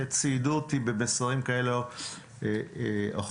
ציידו אותי במסרים כאלה או אחרים,